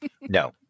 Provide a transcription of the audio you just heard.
No